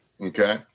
Okay